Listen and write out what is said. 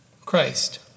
Christ